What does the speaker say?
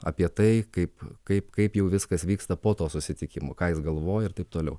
apie tai kaip kaip kaip jau viskas vyksta po to susitikimo ką jis galvoja ir taip toliau